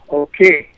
okay